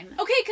Okay